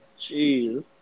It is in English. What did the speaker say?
Jeez